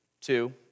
two